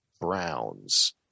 Browns